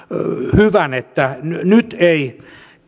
hyvän seikan että nyt nyt eivät